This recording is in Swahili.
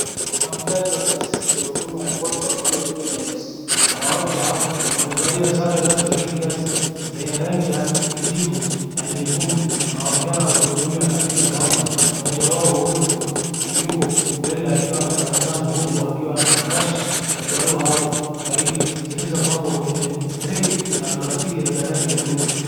Wafanyikazi wa taasisi ya huduma ya Posta wakiwa ndani ya ofisi. Wanawake hao wamevalia sare rasmi ya kikazi zenye rangi ya kijivu na nyekundu. Wanaonekana wakihudumia katika kaunta. Mmoja wao, huyo, yuko mbele akiwa anatabasamu huku akiwa na makasha ya barua au faili zilizopangwa kwenye tray na plastiki za rangi ya blue .